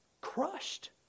crushed